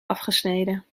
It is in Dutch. afgesneden